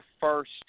first –